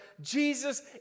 Jesus